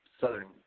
Southern